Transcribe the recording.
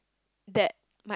that my